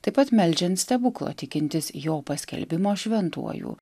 taip pat meldžiant stebuklo tikintis jo paskelbimo šventuoju